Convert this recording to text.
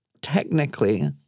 technically